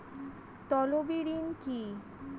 তলবি ঋন কি?